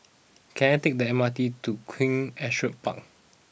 can I take the M R T to Queen Astrid Park